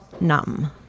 numb